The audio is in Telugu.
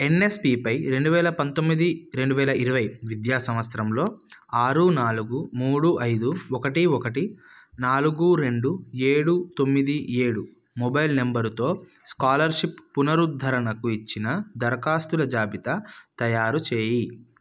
ఎన్యస్పిపై రెండు వేల పంతొమ్మిది రెండు వేల ఇరవై విద్యా సంవత్సరంలో ఆరు నాలుగు మూడు ఐదు ఒకటి ఒకటి నాలుగు రెండు ఏడు తొమ్మిది ఏడు మొబైల్ నంబరుతో స్కాలర్షిప్ పునరుద్ధరణకు ఇచ్చిన దరఖాస్తుల జాబితా తయారు చేయి